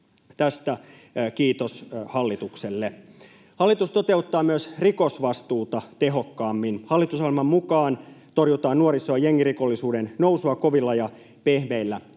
Tästä kiitos hallitukselle. Hallitus toteuttaa myös rikosvastuuta tehokkaammin. Hallitusohjelman mukaan torjutaan nuorison jengirikollisuuden nousua kovilla ja pehmeillä